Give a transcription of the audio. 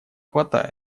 хватает